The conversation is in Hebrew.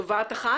תובעת אחת?